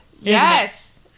Yes